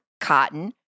Cotton